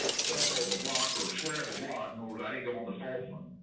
circle of a block or square of a block nord, i didn't go on the fourth one.